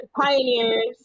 pioneers